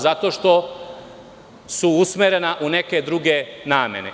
Zato što su umerena u neke druge namene.